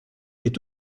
est